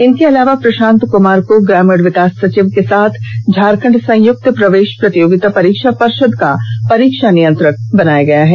इनके अलावा प्रशांत कुमार को ग्रामीण विकास सचिव के साथ झारखंड संयुक्त प्रवेश प्रतियोगिता परीक्षा पर्षद का परीक्षा नियंत्रक बनाया गया है